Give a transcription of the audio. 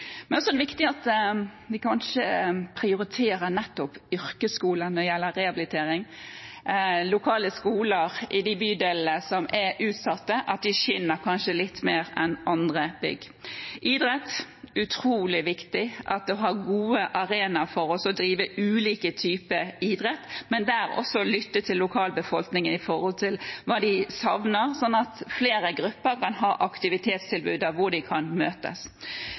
Men det er også viktig at vi kanskje prioriterer nettopp yrkesskoler når det gjelder rehabilitering, lokale skoler i de bydelene som er utsatt – at de kanskje skinner litt mer enn andre bygg. Idrett: Det er utrolig viktig at en har gode arenaer for å drive med ulike typer idrett, men også der er det viktig å lytte til lokalbefolkningen om hva de savner, slik at flere grupper kan ha aktivitetstilbud der de kan møtes.